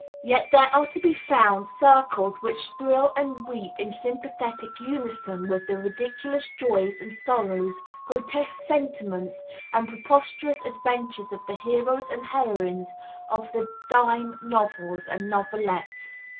yet there are to be found circles which thrill and weep in sympathetic unison with the ridiculous joys and sorrows, grotesque sentiments and preposterous adventures of the heroes and heroines of the dime novels and novelettes,